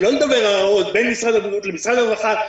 שלא לדבר על ההוראות בין משרד הבריאות למשרד הרווחה,